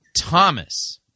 Thomas